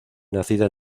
nacida